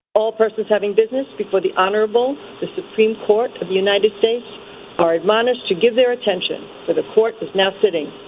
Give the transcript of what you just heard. all persons having business before the honorable the supreme court of the united states are admonished to give their attention to the court is now sitting.